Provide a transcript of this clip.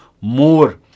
more